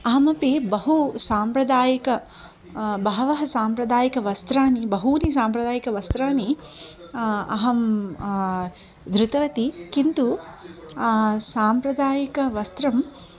अहमपि बहु साम्प्रदायिक बहवः साम्प्रदायिकवस्त्राणि बहूनि साम्प्रदायिकवस्त्राणि अहं धृतवती किन्तु साम्प्रदायिकवस्त्रं